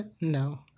No